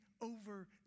over